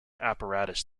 apparatus